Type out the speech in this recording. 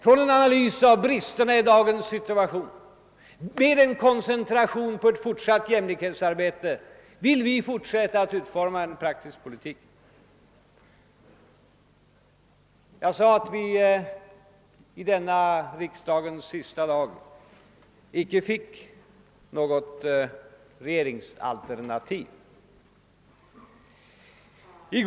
Från en analys av bristerna i dagens situation med en koncentration på ett fortsatt jämlikhetsarbete vill vi utforma en praktisk politik. På denna riksdagens sista dag har det, som sagt, icke framlagts ett alternativ till regeringspolitiken.